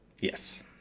Yes